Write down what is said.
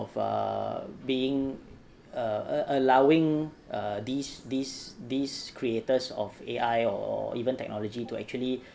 err being err allowing err these these these creators of A_I or even technology to actually